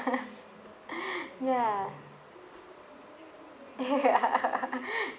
ya